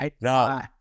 No